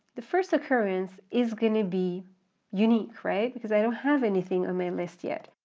the first occurrence is going to be unique, right? because i don't have anything on my list yet,